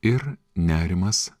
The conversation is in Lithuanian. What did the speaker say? ir nerimas